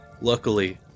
Luckily